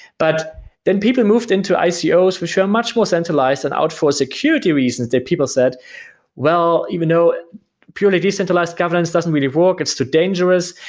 but then people moved into icos yeah ah which are much more centralized and out for security reasons that people said well, even though purely decentralized governance doesn't really work. it's too dangerous.